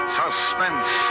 suspense